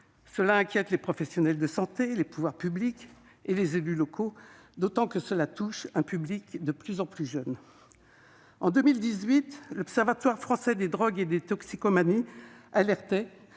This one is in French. inquiète les professionnels de santé, les pouvoirs publics et les élus locaux, d'autant qu'il touche un public de plus en plus jeune. En 2018, l'Observatoire français des drogues et des toxicomanies nous alertait,